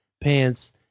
pants